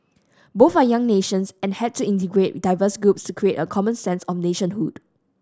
both are young nations and had to integrate diverse groups to create a common sense of nationhood